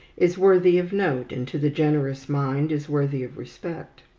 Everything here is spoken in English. is worthy of note, and, to the generous mind, is worthy of respect.